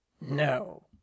No